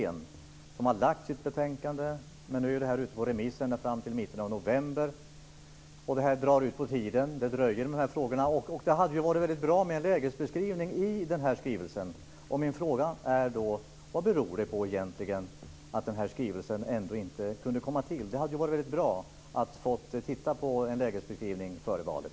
Den kommittén har lagt fram sitt betänkande, som nu ska vara ute på remiss ända fram till mitten av november. Det drar ut på tiden med de här frågorna. Det hade varit väldigt bra att få en lägesbeskrivning i den här skrivelsen. Min fråga är: Vad beror det egentligen på att den här skrivelsen inte kunde komma fram? Det hade varit bra att få en lägesbeskrivning före valet.